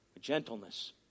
Gentleness